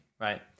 right